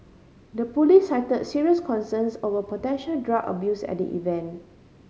the police cited serious concerns over potential drug abuse at the event